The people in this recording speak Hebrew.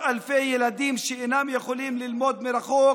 אלפי ילדים שאינם יכולים ללמוד מרחוק